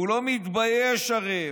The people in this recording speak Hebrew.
והוא לא מתבייש הרי.